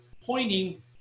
pointing